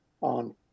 on